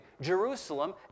Jerusalem